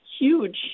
Huge